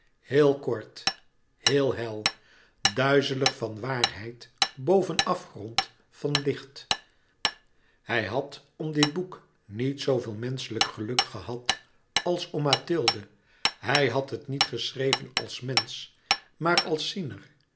heel kort heel hel duizeling van waarheid boven afgrond van licht hij had om dit boek niet zooveel menschelijk geluk gehad als om mathilde hij had het niet geschreven als mensch maar als ziener